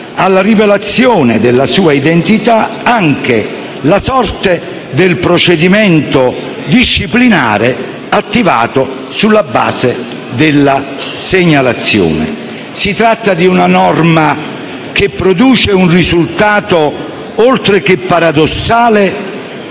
alla rivelazione della sua identità anche la sorte del procedimento disciplinare attivato sulla base della segnalazione. Si tratta di una norma che produce un risultato oltre che paradossale